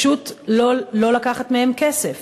פשוט לא לקחת מהן כסף.